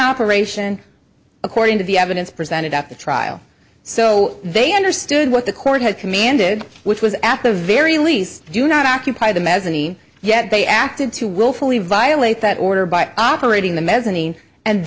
operation according to the evidence presented at the trial so they understood what the court had commanded which was at the very least do not occupy the mezzanine yet they acted to willfully violate that order by operating the mezzanine and